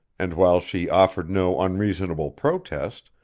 and while she offered no unreasonable protest,